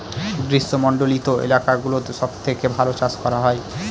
গ্রীষ্মমন্ডলীত এলাকা গুলোতে সব থেকে ভালো চাষ করা হয়